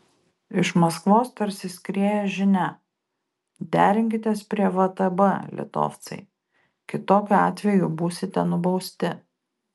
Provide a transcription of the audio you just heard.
iš maskvos tarsi skrieja žinia derinkitės prie vtb litovcai kitokiu atveju būsite nubausti